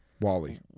Wally